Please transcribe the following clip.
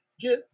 get